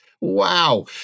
Wow